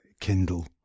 Kindle